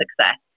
success